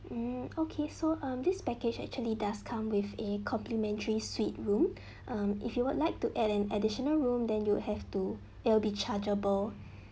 hmm okay so um this package actually does come with a complimentary suite room um if you would like to add an additional room then you would have to it'll be chargeable